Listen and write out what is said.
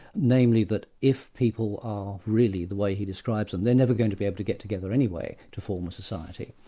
namely that if people are really the way he describes them, they're never going to be able to get together anyway, to form a society.